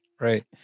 right